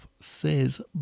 says